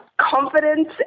confidence